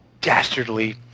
dastardly